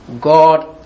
God